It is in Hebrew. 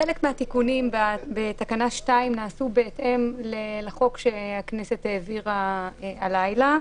חלק מהתיקונים בתקנה 2 נעשו בהתאם לחוק שהכנסת העבירה הלילה.